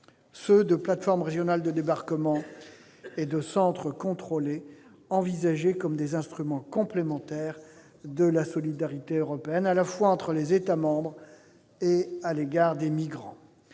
des « plateformes régionales de débarquement » et celui des « centres contrôlés », envisagés comme des instruments complémentaires de la solidarité européenne, à la fois entre les États membres et à l'égard des migrants.